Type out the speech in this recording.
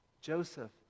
Joseph